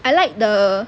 I like the